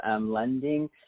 lending